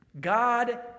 God